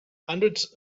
hundreds